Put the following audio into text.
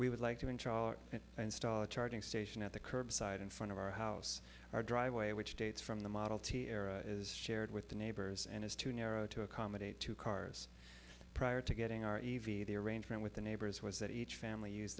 we would like to and start charging station at the curbside in front of our house our driveway which dates from the model t era is shared with the neighbors and is too narrow to accommodate two cars prior to getting our e v the arrangement with the neighbors was that each family use